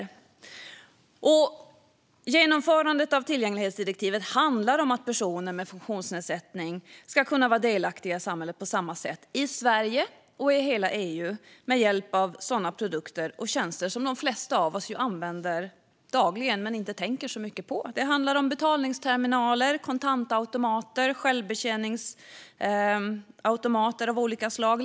Genomförande av tillgänglighets-direktivet Genomförandet av tillgänglighetsdirektivet handlar om att personer med funktionsnedsättning ska kunna vara delaktiga i samhället på samma sätt i Sverige och i hela EU med hjälp av produkter och tjänster som de flesta av oss använder dagligen men inte tänker så mycket på. Det handlar om betalningsterminaler, kontantautomater och självbetjäningsautomater av olika slag.